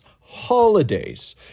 holidays